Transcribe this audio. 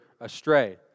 astray